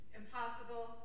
impossible